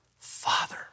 Father